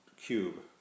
cube